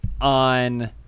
on